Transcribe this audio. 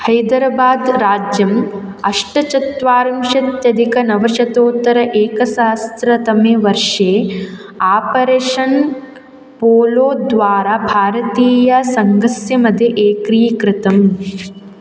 हैदराबाद् राज्यम् अष्टचत्वारिंशत्यधिकनवशतोत्तरैकसहस्रतमे वर्षे आपरेशन् पोलो द्वारा भारतीयसङ्घस्य मध्ये एक्रीकृतम्